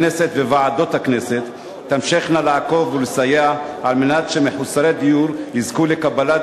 הכנסת וועדות הכנסת תמשכנה לעקוב ולסייע כדי שמחוסרי דיור יזכו לקבלת